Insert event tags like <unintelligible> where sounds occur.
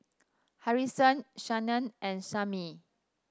Harrison <unintelligible> and Samie